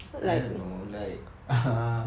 I don't know like err